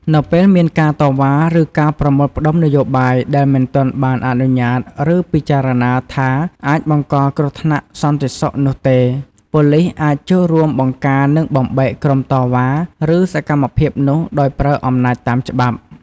នៅពេលមានការតវ៉ា ឬការប្រមូលផ្តុំនយោបាយដែលមិនទាន់បានអនុញ្ញាត ឬពិចារណាថាអាចបង្កគ្រោះថ្នាក់សន្តិសុខនោះទេ ប៉ូលីសអាចចូលរួមបង្ការនិងបំបែកក្រុមតវ៉ា ឬសកម្មភាពនោះដោយប្រើអំណាចតាមច្បាប់។